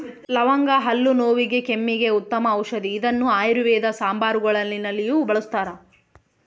ಲವಂಗ ಹಲ್ಲು ನೋವಿಗೆ ಕೆಮ್ಮಿಗೆ ಉತ್ತಮ ಔಷದಿ ಇದನ್ನು ಆಯುರ್ವೇದ ಸಾಂಬಾರುನಲ್ಲಿಯೂ ಬಳಸ್ತಾರ